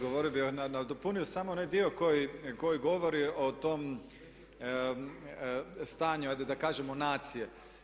Odgovorio bih, nadopunio samo onaj dio koji govori o tom stanju ajde da kažemo nacije.